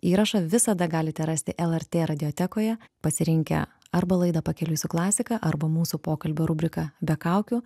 įrašą visada galite rasti lrt radiotekoje pasirinkę arba laidą pakeliui su klasika arba mūsų pokalbio rubrika be kaukių